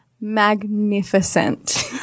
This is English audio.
magnificent